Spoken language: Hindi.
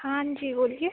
हाँ जी बोलिए